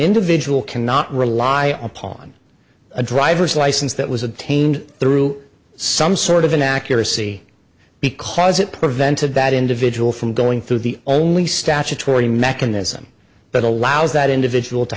individual cannot rely upon a driver's license that was obtained through some sort of inaccuracy because it prevented that individual from going through the only statutory mechanism that allows that individual to